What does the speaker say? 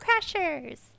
crashers